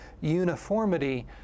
uniformity